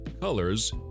colors